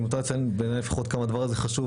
למותר לציין בעיניי לפחות כמה הדבר הזה חשוב,